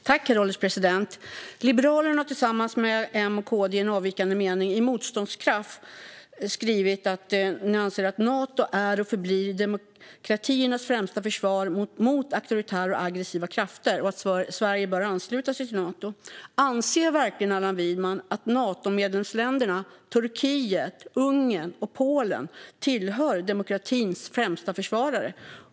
Herr ålderspresident! Liberalerna har tillsammans med M och KD i en avvikande mening i Motståndskraft skrivit att de anser att Nato är och förblir demokratiernas främsta försvar mot auktoritära och aggressiva krafter och att Sverige bör ansluta sig till Nato. Anser verkligen Allan Widman att Natomedlemsländerna - Turkiet, Ungern och Polen - tillhör demokratins främsta försvarare?